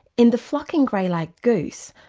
in the flocking greylag goose,